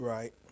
Right